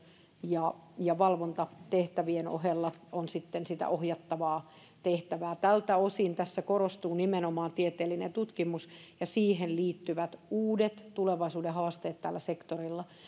ja ja valvontatehtävien ohella on sitten sitä ohjattavaa tehtävää tältä osin tässä korostuu nimenomaan tieteellinen tutkimus ja siihen liittyvät uudet tulevaisuuden haasteet tällä sektorilla